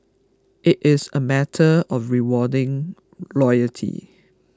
it is a matter of rewarding loyalty